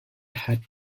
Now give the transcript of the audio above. had